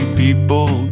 people